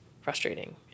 frustrating